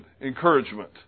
encouragement